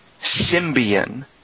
Symbian